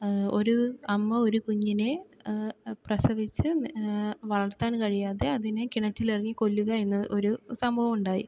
ഒരു അമ്മ ഒരു കുഞ്ഞിനെ പ്രസവിച്ച് വളർത്താൻ കഴിയാതെ അതിനെ കിണറ്റിൽ എറിഞ്ഞു കൊല്ലുക എന്ന ഒരു സംഭവമുണ്ടായി